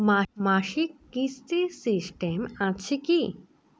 মাসিক কিস্তির সিস্টেম আছে কি?